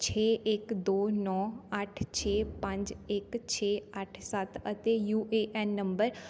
ਛੇ ਇੱਕ ਦੋ ਨੌ ਅੱਠ ਛੇ ਪੰਜ ਇੱਕ ਛੇ ਅੱਠ ਸੱਤ ਅਤੇ ਯੂ ਏ ਐੱਨ ਨੰਬਰ